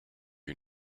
you